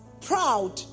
proud